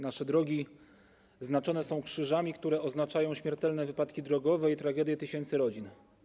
Nasze drogi są znaczone krzyżami, które oznaczają śmiertelne wypadki drogowe i tragedie tysięcy rodzin.